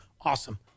Awesome